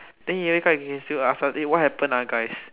the he wake up he can still ask us eh what happen ah guys